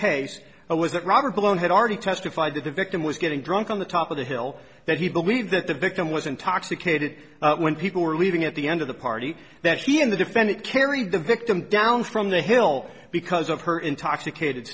case was that robert cone had already testified that the victim was getting drunk on the top of the hill that he believed that the victim was intoxicated when people were leaving at the end of the party that she in the defendant carried the victim down from the hill because of her intoxicated